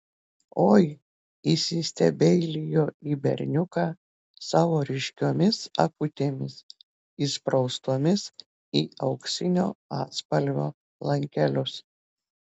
oi įsistebeilijo į berniuką savo ryškiomis akutėmis įspraustomis į auksinio atspalvio lankelius